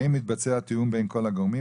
האם מתבצע תיאום בין כל הגורמים?